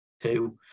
two